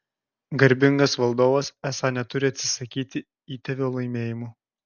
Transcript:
garbingas valdovas esą neturi atsisakyti įtėvio laimėjimų